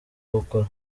gukora